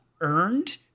earned